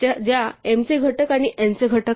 ज्या m चे घटक आणि n चे घटक आहेत